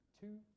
two